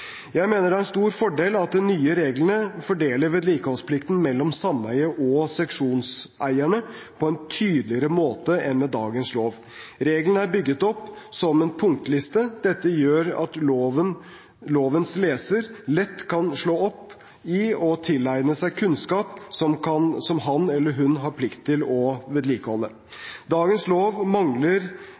Jeg mener det er en stor fordel at de nye reglene fordeler vedlikeholdsplikten mellom sameiet og seksjonseierne på en tydeligere måte enn med dagens lov. Reglene er bygget opp som en punktliste. Dette gjør at lovens leser lett kan slå opp i og tilegne seg kunnskap som han eller hun har plikt til å vedlikeholde. Dagens lov mangler